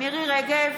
מירי מרים רגב,